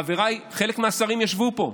חבריי, חלק מהשרים ישבו פה.